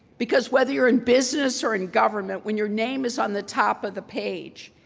because whether you're in business or in government, when your name is on the top of the page,